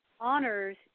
honors